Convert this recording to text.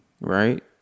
right